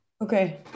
Okay